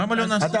למה לא נעשה?